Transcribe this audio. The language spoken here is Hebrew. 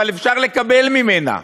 אבל אפשר לקבל ממנה,